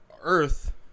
Earth